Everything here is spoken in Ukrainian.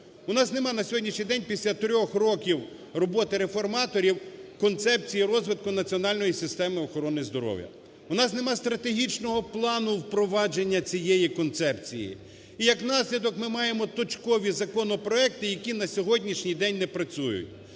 У нас нема на сьогоднішній день після трьох років роботи реформаторів концепції розвитку національної системи охорони здоров'я. У нас нема стратегічного плану впровадження цієї концепції. І як наслідок ми маємо точкові законопроекти, які на сьогоднішній день не працюють.